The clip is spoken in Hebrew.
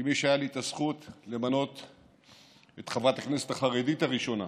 כמי שהייתה לו הזכות למנות את חברת הכנסת החרדית הראשונה,